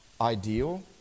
ideal